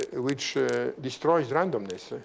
ah which destroys randomness.